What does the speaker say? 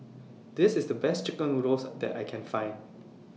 This IS The Best Chicken Noodles that I Can Find